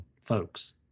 folks